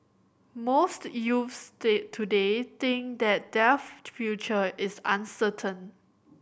most youths day today think that their future is uncertain